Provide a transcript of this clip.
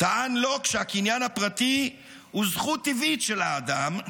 טען לוק שהקניין הפרטי הוא זכות טבעית של האדם,